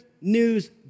news